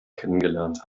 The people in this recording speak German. kennengelernt